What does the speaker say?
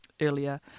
earlier